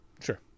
Sure